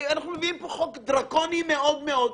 אנחנו מביאים פה חוק דרקוני מאוד מאוד.